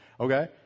Okay